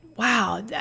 Wow